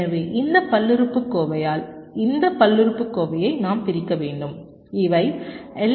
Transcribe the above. எனவே இந்த பல்லுறுப்புக்கோவையால் இந்த பல்லுறுப்புக்கோவையை நாம் பிரிக்க வேண்டும் இவை எல்